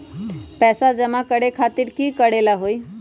पैसा जमा करे खातीर की करेला होई?